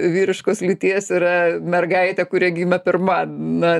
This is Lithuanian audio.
vyriškos lyties yra mergaitė kuri gimė pirma na